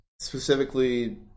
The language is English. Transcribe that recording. Specifically